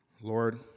Lord